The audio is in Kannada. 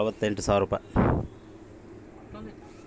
ಒಂದು ಟನ್ ಮೆನೆಸಿನಕಾಯಿ ರೇಟ್ ಎಷ್ಟು?